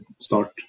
start